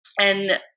and-